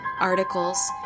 articles